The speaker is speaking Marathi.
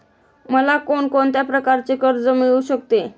मला कोण कोणत्या प्रकारचे कर्ज मिळू शकते?